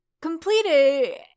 completed